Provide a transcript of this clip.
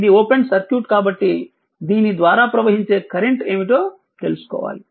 ఇది open circuit కాబట్టి దీని ద్వారా ప్రవహించే కరెంట్ ఏమిటో తెలుసుకోవాలి